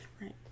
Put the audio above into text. Right